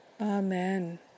Amen